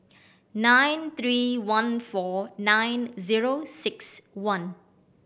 nine three one four nine zero six one